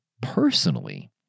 personally